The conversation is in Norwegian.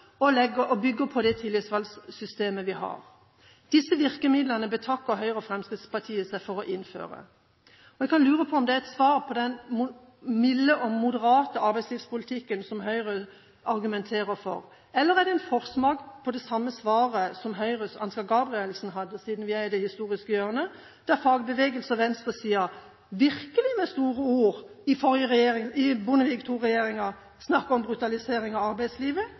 og bygger på tillitsvalgtsystemet vi har. Disse virkemidlene betakker Høyre og Fremskrittspartiet seg for å innføre. En kan lure på om det er et svar på den milde og moderate arbeidslivspolitikken som Høyre argumenterer for, eller om det er en forsmak på det samme svaret som Høyres Ansgar Gabrielsen hadde – siden vi er i det historiske hjørnet – da fagbevegelsen og venstresiden virkelig med store ord, under Bondevik II-regjeringen, snakket om brutalisering av arbeidslivet: